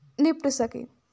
ਨਿਪਟ ਸਕੇ